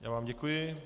Já vám děkuji.